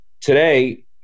today